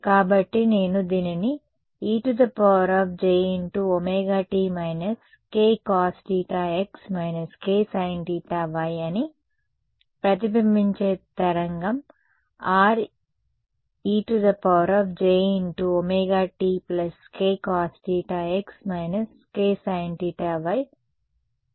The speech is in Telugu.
కాబట్టి నేను దీనిని ejωt k cos θx k sin θy అని ప్రతిబింబించే తరంగం Rejωtk cos θx k sin θy వ్రాయగలను మళ్ళీ సరే